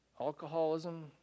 Alcoholism